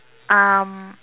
um